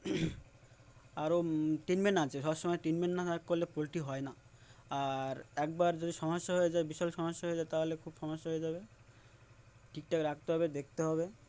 আরও ট্রিটমেন্ট আছে সব সময় ট্রিটমেন্ট না থ করলে পোলট্রি হয় না আর একবার যদি সমস্যা হয়ে যায় বিশাল সমস্যা হয়ে যায় তাহলে খুব সমস্যা হয়ে যাবে ঠিকঠাক রাখতে হবে দেখতে হবে